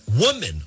woman